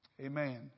Amen